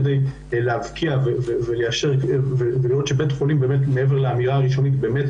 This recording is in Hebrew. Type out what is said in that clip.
כדי ליישר ולראות שבית החולים מעבר לאמירה הראשונית באמת